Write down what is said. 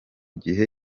gihe